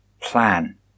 Plan